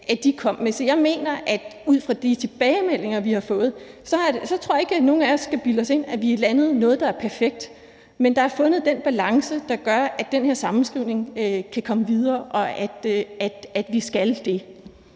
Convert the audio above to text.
udlejere og huslejenævn. Så ud fra de tilbagemeldinger, vi har fået, tror jeg ikke nogen af os skal bilde os ind, at vi har landet noget, der er perfekt. Men der er fundet den balance, der gør, at man kan komme videre med den